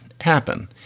happen